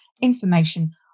information